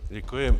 Děkuji.